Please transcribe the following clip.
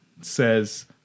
says